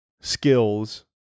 skills